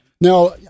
Now